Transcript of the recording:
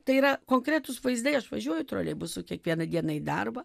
tai yra konkretūs vaizdai aš važiuoju troleibusu kiekvieną dieną į darbą